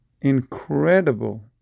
incredible